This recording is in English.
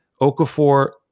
Okafor